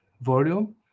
volume